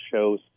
shows